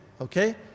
okay